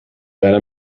deine